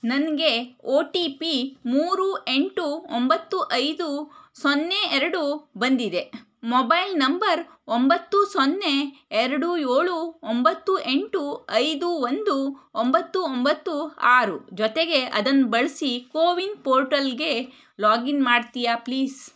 ನನಗೆ O T P ಮೂರು ಎಂಟು ಒಂಬತ್ತು ಐದು ಸೊನ್ನೆ ಎರಡು ಬಂದಿದೆ ಮೊಬೈಲ್ ನಂಬರ್ ಒಂಬತ್ತು ಸೊನ್ನೆ ಎರಡು ಏಳು ಒಂಬತ್ತು ಎಂಟು ಐದು ಒಂದು ಒಂಬತ್ತು ಒಂಬತ್ತು ಆರು ಜೊತೆಗೆ ಅದನ್ನು ಬಳಸಿ ಕೋವಿನ್ ಪೋರ್ಟಲ್ಗೆ ಲಾಗಿನ್ ಮಾಡ್ತೀಯಾ ಪ್ಲೀಸ್